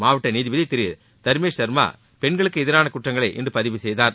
மாவட்ட நீதிபதி திரு தர்மேஸ் சர்மா பெண்களுக்கு எதிரான குற்றங்களை இன்று பதிவு செய்தார்